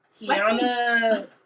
Kiana